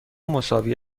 مساوی